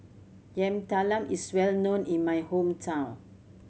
Yam Talam is well known in my hometown